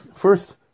First